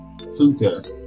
Fuka